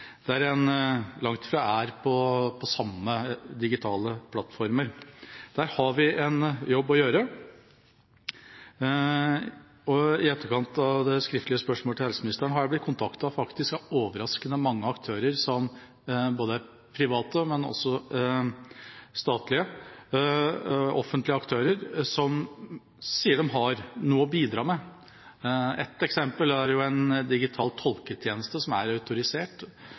en langt fra er på samme digitale plattformer. Der har vi en jobb å gjøre. I etterkant av det skriftlige spørsmålet til helseministeren har jeg blitt kontaktet av overraskende mange aktører – både private og offentlige – som sier de har noe å bidra med. Ett eksempel er en digital tolketjeneste som er autorisert.